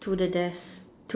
to the desk